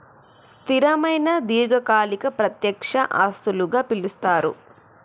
స్థిరమైన దీర్ఘకాలిక ప్రత్యక్ష ఆస్తులుగా పిలుస్తరు